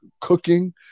cooking